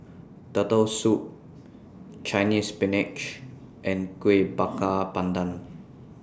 Turtle Soup Chinese Spinach and Kuih Bakar Pandan